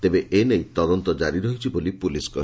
ତେବେ ଏ ନେଇ ତଦନ୍ତ କାରି ରହିଛି ବୋଲି ପୁଲିସ୍ କହିଛି